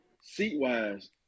Seat-wise